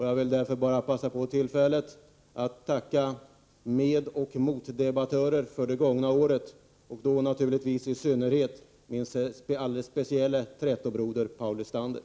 Jag vill dock ta tillfället i akt och tacka medoch motdebattörer för det gångna året — i synnerhet min alldeles specielle trätobroder Paul Lestander.